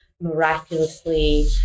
miraculously